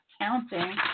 counting